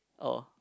oh